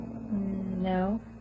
No